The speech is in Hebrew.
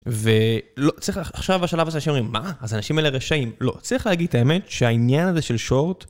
ולא צריך עכשיו בשלב הזה שאומרים מה אז אנשים אלה רשעים לא צריך להגיד את האמת שהעניין הזה של שורט